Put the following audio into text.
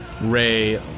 ray